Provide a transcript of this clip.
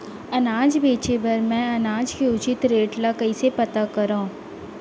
अनाज बेचे बर मैं अनाज के उचित रेट ल कइसे पता करो?